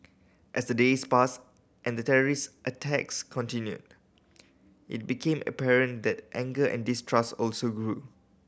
as the days passed and the terrorist attacks continued it became apparent that anger and distrust also grew